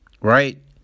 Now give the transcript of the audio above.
Right